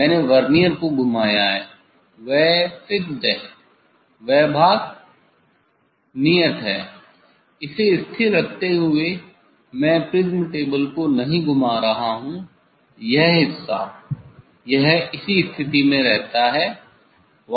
मैंने वर्नियर को घुमाया है वह नियत है यह भाग नियत है इसे स्थिर रखते हुए मैं प्रिज्म टेबल को नहीं घुमा रहा हूं यह हिस्सा यह इसी स्थिति में रहता है